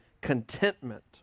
contentment